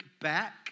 back